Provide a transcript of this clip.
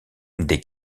des